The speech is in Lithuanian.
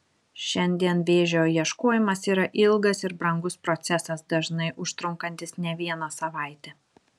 šiandien vėžio ieškojimas yra ilgas ir brangus procesas dažnai užtrunkantis ne vieną savaitę